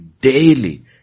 daily